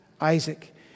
Isaac